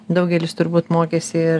daugelis turbūt mokėsi ir